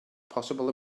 possible